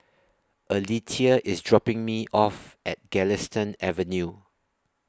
Alethea IS dropping Me off At Galistan Avenue